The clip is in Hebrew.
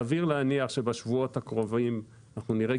סביר להניח שבשבועות הקרובים אנחנו נראה